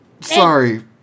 Sorry